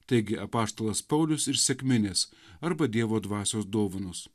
taigi apaštalas paulius ir sekminės arba dievo dvasios dovanos